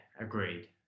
agreed